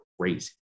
crazy